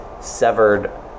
severed